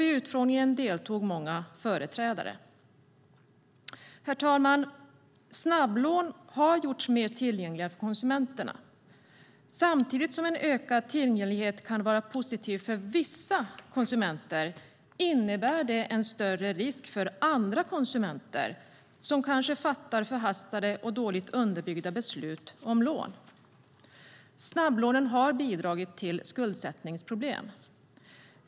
Vid utfrågningen deltog många företrädare. Herr talman! Snabblån har gjorts mer tillgängliga för konsumenterna. Samtidigt som en ökad tillgänglighet kan vara positiv för vissa konsumenter innebär det en större risk för andra konsumenter som kanske fattar förhastade och dåligt underbyggda beslut om lån. Snabblånen har bidragit till skuldsättningsproblem.